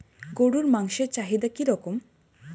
গরুর মাংসের চাহিদা কি রকম?